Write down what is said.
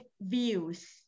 views